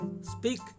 speak